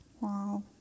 Wow